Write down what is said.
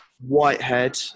Whitehead